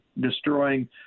destroying